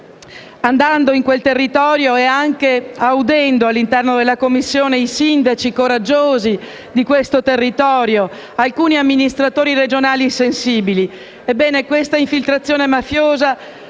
andando in quel territorio e anche audendo all'interno della Commissione i sindaci coraggiosi di questo territorio ed alcuni amministratori regionali sensibili. Ebbene, questa infiltrazione mafiosa